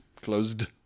closed